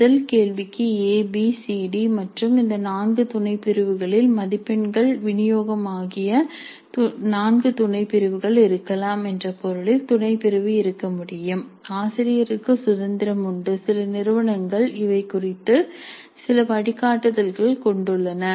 முதல் கேள்விக்கு a b c d மற்றும் இந்த நான்கு துணைப்பிரிவுகளில் மதிப்பெண்கள் விநியோகம் ஆகிய நான்கு துணைப்பிரிவுகள் இருக்கலாம் என்ற பொருளில் துணைப்பிரிவு இருக்க முடியும் ஆசிரியருக்கு சுதந்திரம் உண்டு சில நிறுவனங்கள் இவை குறித்து சில வழிகாட்டுதல்களைக் கொண்டுள்ளன